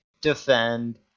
defend